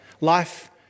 life